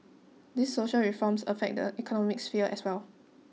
these social reforms affect the economic sphere as well